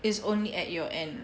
is only at your end